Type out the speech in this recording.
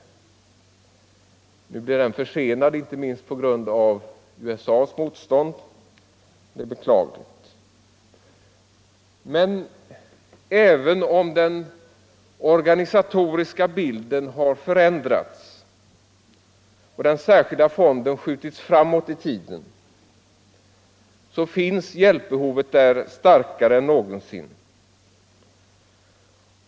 Nu har den blivit försenad, inte minst på grund av USA:s motstånd, vilket är beklagligt. Men även om den organisatoriska bilden har förändrats och den särskilda fonden skjutits framåt i tiden, så är hjälpbehovet starkare än någonsin.